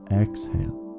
exhale